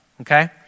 okay